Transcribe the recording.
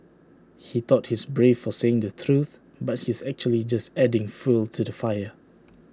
he thought he's brave for saying the truth but he's actually just adding fuel to the fire